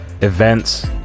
events